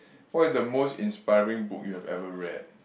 what is the most inspiring book you had ever read